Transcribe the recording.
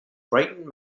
brighton